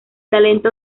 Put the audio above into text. talento